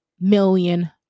million